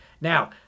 Now